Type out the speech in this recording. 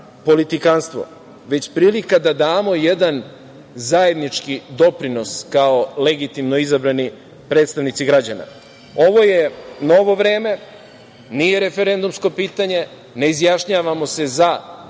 politikanstvo, već prilika da damo jedan zajednički doprinos, kao legitimno izabrani predstavnici građana. Ovo je novo vreme, nije referendumsko pitanje, ne izjašnjavamo se za